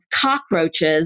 cockroaches